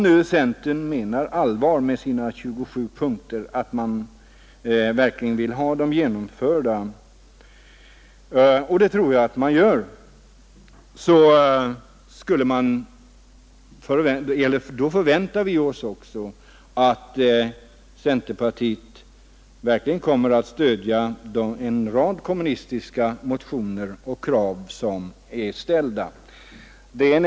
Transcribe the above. Om centern menar allvar med sina 27 punkter — vilket jag tror att man gör — och verkligen vill ha sitt program genomfört förväntar vi oss också att partiet kommer att stödja en rad kommunistiska motioner och de krav som vi ställt.